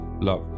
Love